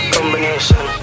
Combination